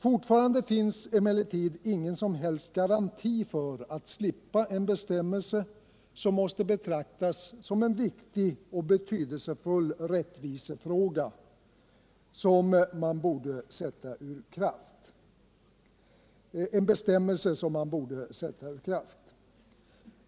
Fortfarande finns emellertid ingen som helst garanti för att slippa en bestämmelse som det måste betraktas som en viktig och betydelsefull rättvisefråga att sätta ur kraft.